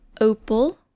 Opal